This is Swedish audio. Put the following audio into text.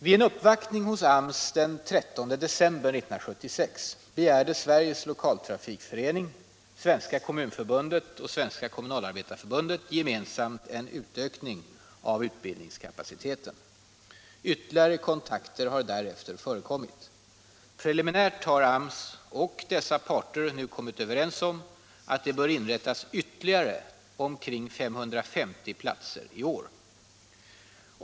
Vid en uppvaktning hos AMS den 13 december 1976 begärde Sveriges lokaltrafikförening, Svenska kommunförbundet och Svenska kommunalarbetareförbundet gemensamt en ökning av utbildningskapaciteten. Ytterligare kontakter har därefter förekommit. Preliminärt har AMS och dessa parter nu kommit överens om att det bör inrättas ytterligare omkring 550 platser i år.